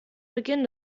beginn